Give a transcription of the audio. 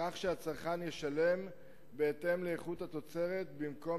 כך שהצרכן ישלם בהתאם לאיכות התוצרת במקום